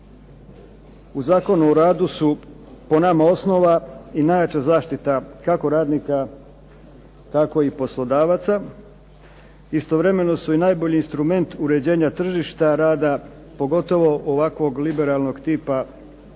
u Zakonu o radu su po nama osnova i najjača zaštita, kako radnika, tako i poslodavaca. Istovremeno su i najbolji instrument uređenja tržišta rada, pogotovo ovakvog liberalnog tipa, da ne